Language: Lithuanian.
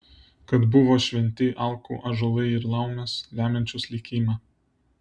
kad buvo šventi alkų ąžuolai ir laumės lemiančios likimą